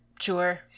Sure